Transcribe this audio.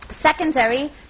secondary